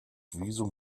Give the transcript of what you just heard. visum